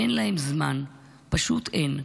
אין להם זמן, פשוט אין.